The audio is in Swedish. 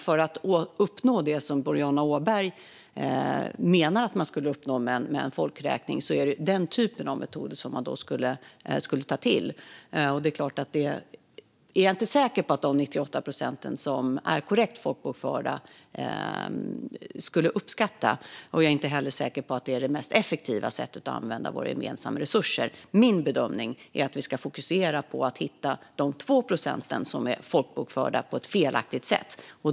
För att uppnå det som Boriana Åberg menar att man skulle uppnå med en folkräkning är det den typen av metoder man då skulle ta till. Jag är inte säker på att de 98 procent som är korrekt folkbokförda skulle uppskatta det. Jag är inte heller säker på att det är det mest effektiva sättet att använda våra gemensamma resurser. Min bedömning är att vi ska fokusera på att hitta de 2 procent som är folkbokförda på ett felaktigt sätt.